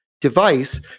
device